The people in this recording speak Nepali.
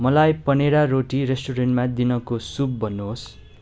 मलाई पनेरा रोटी रेस्टुरेन्टमा दिनको सुप भन्नुहोस्